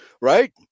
right